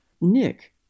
Nick